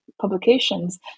publications